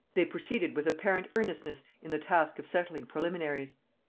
they proceeded with apparent earnestness in the task of settling preliminaries.